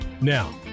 Now